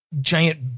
giant